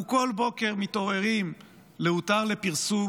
אנחנו בכל בוקר מתעוררים להותר לפרסום